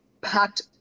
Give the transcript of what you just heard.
packed